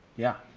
yeah.